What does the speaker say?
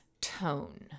tone